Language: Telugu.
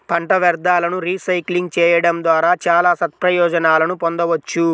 పంట వ్యర్థాలను రీసైక్లింగ్ చేయడం ద్వారా చాలా సత్ప్రయోజనాలను పొందవచ్చు